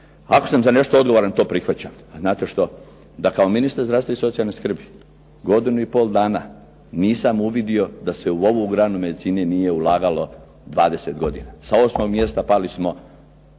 Ako sam za nešto odgovoran to prihvaćam. A znate što? Da kao ministar zdravstva i socijalne skrbi godinu i pol dana nisam uvidio da se u ovu granu medicine nije ulagalo 20 godina. Sa 8 mjesta pali smo